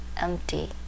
empty